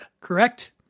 correct